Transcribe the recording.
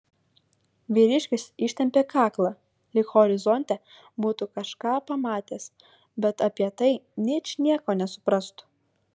vyriškis ištempė kaklą lyg horizonte būtų kažką pamatęs bet apie tai ničnieko nesuprastų